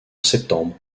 septembre